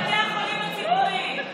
לבתי החולים הציבוריים?